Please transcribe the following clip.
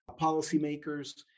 policymakers